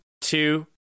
two